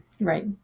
right